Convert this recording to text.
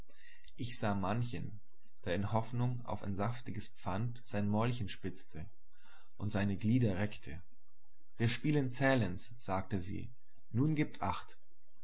ich sah manchen der in hoffnung auf ein saftiges pfand sein mäulchen spitzte und seine glieder reckte wir spielen zählens sagte sie nun gebt acht